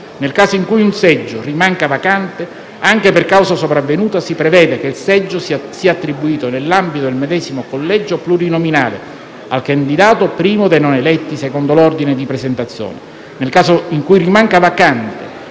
nel caso in cui un seggio rimanga vacante, anche per causa sopravvenuta - si prevede che il seggio sia attribuito, nell'ambito del medesimo collegio plurinominale, al candidato primo dei non eletti secondo l'ordine di presentazione.